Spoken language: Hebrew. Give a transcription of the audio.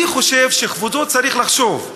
אני חושב שכבודו צריך לחשוב,